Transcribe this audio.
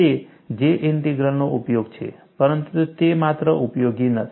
તે J ઇન્ટિગ્રલનો ઉપયોગ છે પરંતુ તે એકમાત્ર ઉપયોગ નથી